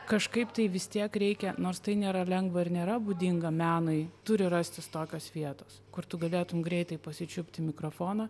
kažkaip tai vis tiek reikia nors tai nėra lengva ir nėra būdinga menui turi rastis tokios vietos kur tu galėtum greitai pasičiupti mikrofoną